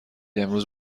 امروز